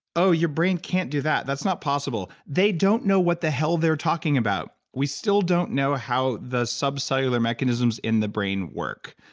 oh, your brain can't do that. that's not possible, they don't know what the hell they're talking about. we still don't know how the subcellular mechanisms in the brain work.